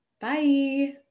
Bye